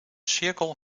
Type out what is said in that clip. cirkel